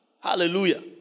Hallelujah